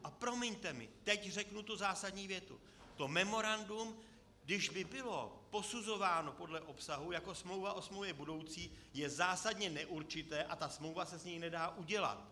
A promiňte mi, teď řeknu tu zásadní větu v tom memorandu, když by bylo posuzováno podle obsahu jako smlouva o smlouvě budoucí, je zásadně neurčité a ta smlouva se z něj nedá udělat.